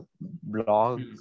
blog